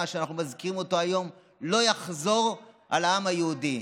שאנחנו מזכירים היום לא יחזור על העם היהודי.